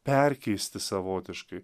perkeisti savotiškai